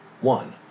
one